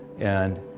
and,